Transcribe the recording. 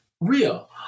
real